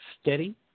steady